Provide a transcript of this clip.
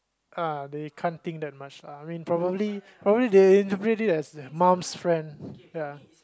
uh they can't think that much lah I mean probably probably they interpret as mum's friend ya